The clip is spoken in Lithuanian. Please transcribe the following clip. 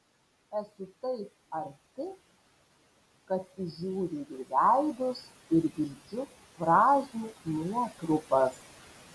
esu taip arti kad įžiūriu jų veidus ir girdžiu frazių nuotrupas